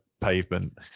pavement